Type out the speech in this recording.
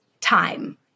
time